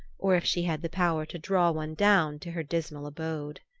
or if she had the power to draw one down to her dismal abode.